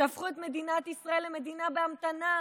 שהפכו את מדינת ישראל למדינה בהמתנה,